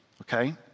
Okay